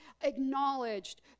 acknowledged